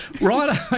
right